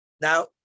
now